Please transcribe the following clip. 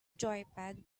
joypad